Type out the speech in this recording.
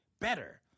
better